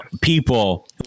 people